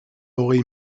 hogei